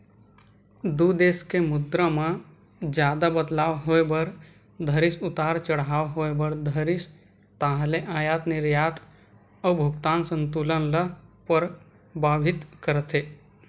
दू देस के मुद्रा म जादा बदलाव होय बर धरिस उतार चड़हाव होय बर धरिस ताहले अयात निरयात अउ भुगतान संतुलन ल परभाबित करथे